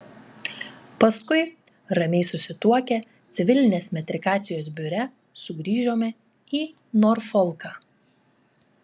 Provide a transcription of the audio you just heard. paskui ramiai susituokę civilinės metrikacijos biure sugrįžome į norfolką